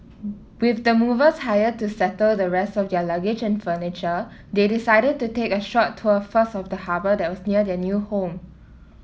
with the movers hired to settle the rest of their luggage and furniture they decided to take a short tour first of the harbour that was near their new home